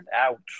out